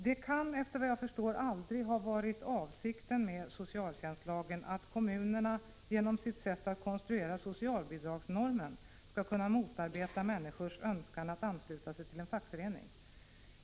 Det kan, såvitt jag förstår, aldrig ha varit avsikten med socialtjänstlagen att kommunerna genom sitt sätt att konstruera socialbidragsnormen skall kunna motarbeta människors önskan att ansluta sig till en fackförening.